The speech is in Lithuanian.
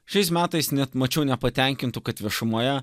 šiais metais net mačiau nepatenkintų kad viešumoje